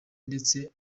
ndetse